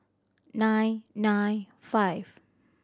nine nine five